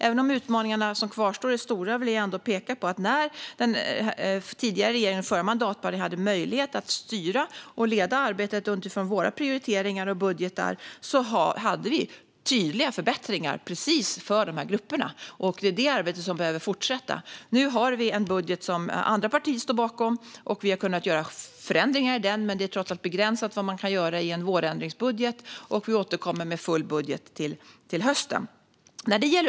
Även om de utmaningar som kvarstår är stora vill jag peka på att när den tidigare regeringen under den förra mandatperioden hade möjlighet att styra och leda arbetet utifrån våra prioriteringar och budgetar hade vi tydliga förbättringar för precis dessa grupper. Detta arbete behöver fortsätta. Nu har vi en budget som andra partier står bakom. Vi har kunnat göra förändringar i den, men det är trots allt begränsat vad man kan göra i en vårändringsbudget. Vi återkommer med full budget till hösten.